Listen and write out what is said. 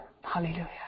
Hallelujah